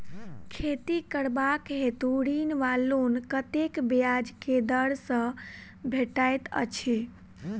खेती करबाक हेतु ऋण वा लोन कतेक ब्याज केँ दर सँ भेटैत अछि?